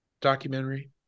documentary